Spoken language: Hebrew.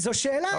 זו שאלה.